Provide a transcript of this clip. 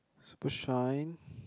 super shine